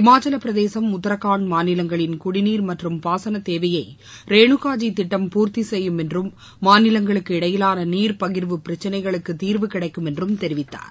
இமாசலப்பிரதேசும் உத்தரகாண்ட் மாநிலங்களின் குடிநீர் மற்றும் பாசன தேவையை ரேனுகாஜி திட்டம் பூர்த்தி செய்யும் என்றும் மாநிலங்களுக்கு இடையிலான நீர் பகிர்வு பிரச்சனைகளுக்கும் தீர்வு கிடைக்கும் என்றும் தெரிவித்தார்